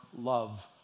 love